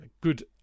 Good